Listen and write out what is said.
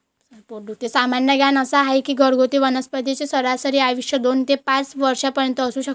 सामान्य ज्ञान असा आहे की घरगुती वनस्पतींचे सरासरी आयुष्य दोन ते पाच वर्षांपर्यंत असू शकते